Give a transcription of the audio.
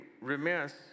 remiss